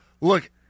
Look